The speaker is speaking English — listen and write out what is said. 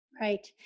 Right